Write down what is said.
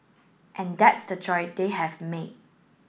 and that's the choice they have made